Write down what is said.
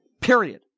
Period